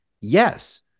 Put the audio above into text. yes